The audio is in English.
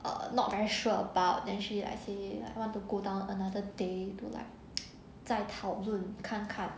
err not very sure about then she like say like want to go down another day to like 在讨论看看